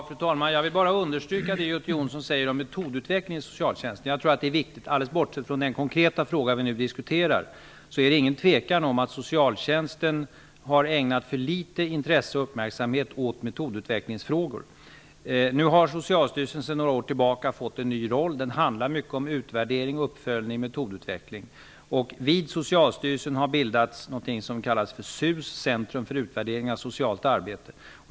Fru talman! Jag vill bara understryka det Göte Jonsson säger om metodutvecklingen i socialtjänsten. Jag tror att det är viktigt. Alldeles bortsett från den konkreta fråga vi nu diskuterar är det ingen tvekan om att socialtjänsten har ägnat för litet intresse och uppmärksamhet åt metodutvecklingsfrågor. Socialstyrelsen har sedan några år tillbaka en ny roll. Den handlar mycket om utvärdering, uppföljning och metodutveckling. Vid Socialstyrelsen har det bildats någonting som kallas för CUS, dvs. Centrum för utvärdering av socialt arbete.